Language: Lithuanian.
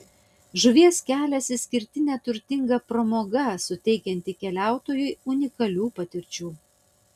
žuvies kelias išskirtinė turtinga pramoga suteikianti keliautojui unikalių patirčių